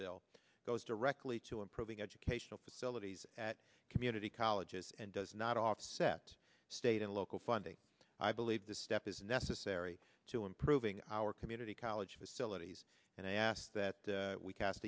bill goes directly to improving educational facilities at community colleges and does not offset state and local funding i believe this step is necessary to improving our community college facilities and i asked that we cast